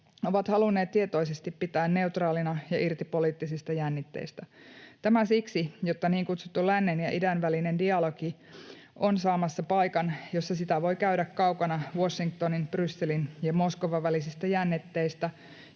ovat halunneet tietoisesti pitää neutraalina ja irti poliittisista jännitteistä. Tämä siksi, jotta niin kutsuttu lännen ja idän välinen dialogi on saamassa paikan, jossa sitä voi käydä kaukana Washingtonin, Brysselin ja Moskovan välisistä jännitteistä